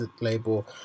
label